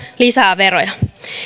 lisää veroja